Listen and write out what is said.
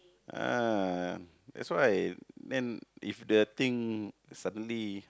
uh that's why then if the thing suddenly